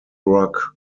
rock